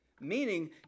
Meaning